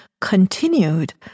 continued